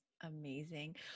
Amazing